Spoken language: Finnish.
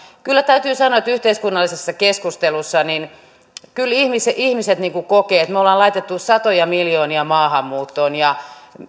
kyllä täytyy sanoa että yhteiskunnallisessa keskustelussa ihmiset kokevat että me olemme laittaneet satoja miljoonia maahanmuuttoon ja